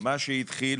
מה שהתחיל